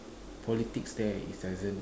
politics there is doesn't